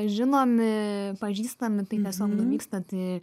žinomi pažįstami tai tiesiog nuvykstat į